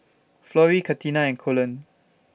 Florie Katina and Colon